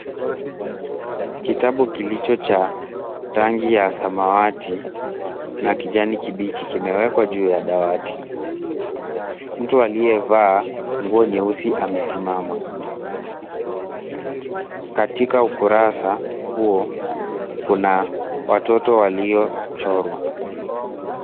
Kitabu kilicho cha rangi ya samawati na kijani kibichi kimewekwa juu ya dawati. Mtu aliyevaa nguo nyeusi amesimama. Katika ukurasa huo kuna watoto waliochorwa.